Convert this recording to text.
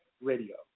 Radio